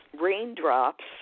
raindrops